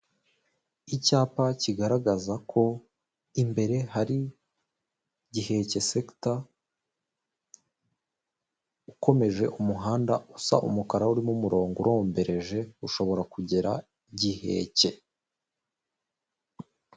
Icyapa kigaragaza ko imbere hari Giheke sector, ukomeje umuhanda usa umukara urimo umurongo urombereje ushobora kugera Giheke.